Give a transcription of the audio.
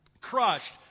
Crushed